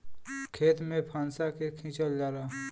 खेत में फंसा के खिंचल जाला